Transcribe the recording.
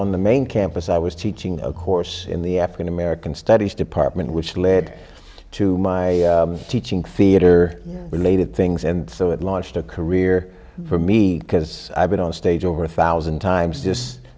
on the main campus i was teaching a course in the african american studies department which led to my teaching theater related things and so it launched a career for me because i've been on stage over a thousand times just